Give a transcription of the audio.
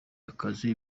akazi